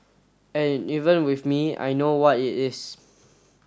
and even with me I know what it is